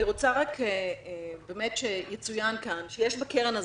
אני רוצה רק באמת שיצוין כאן שיש בקרן הזאת,